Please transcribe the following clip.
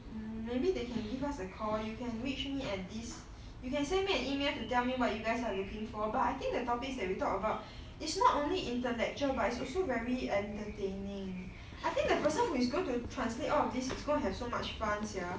maybe they can give us a call you can reach me at this you can send me an email to tell me what you guys are looking for but I think the topics that we talked about it's not only intellectual but it's also very entertaining I think the person who is going to translate all of this is gonna have so much fun sia